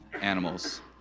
animals